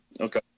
Okay